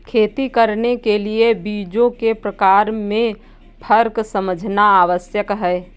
खेती करने के लिए बीजों के प्रकार में फर्क समझना आवश्यक है